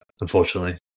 Unfortunately